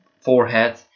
forehead